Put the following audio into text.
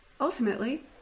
ultimately